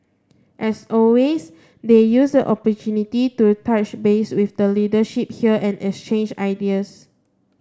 as always they used the opportunity to touch base with the leadership here and exchange ideas